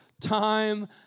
time